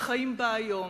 החיים בה היום.